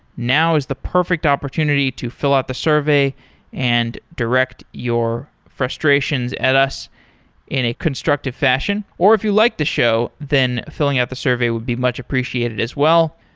now is the perfect opportunity to fill out the survey and direct your frustrations at us in a constructive fashion, or if you like the show, then filling out the survey would be much appreciated as well.